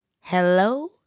Hello